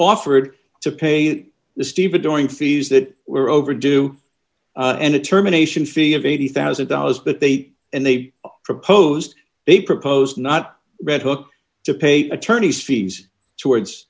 offered to pay the stevedoring fees that were overdue and a terminations fee of eighty thousand dollars but they and they proposed they propose not red hook to pay attorney's fees towards